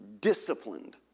disciplined